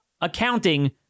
accounting